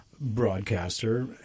broadcaster